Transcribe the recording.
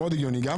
מאוד הגיוני.